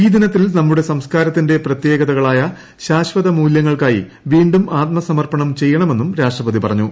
ഈ ദിനത്തിൽ നമ്മുടെ സംസ്ക്കാരത്തിന്റെ പ്രത്യേകത്ക്ളായ ശാശ്വത മൂല്യങ്ങൾക്കായി വീ വും ആത്മസ്മർപ്പണം ചെയ്യണമെന്നും രാഷ്ട്രപതി പറഞ്ഞു